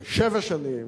אחרי שבע שנים,